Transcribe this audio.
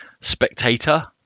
spectator